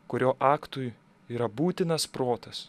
kurio aktui yra būtinas protas